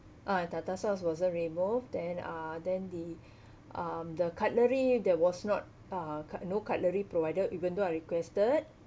uh tartar sauce wasn't removed then uh then the um the cutlery there was not uh cut~ no cutlery provided even though I requested